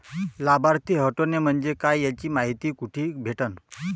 लाभार्थी हटोने म्हंजे काय याची मायती कुठी भेटन?